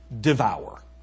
Devour